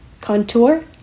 contour